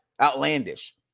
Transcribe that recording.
Outlandish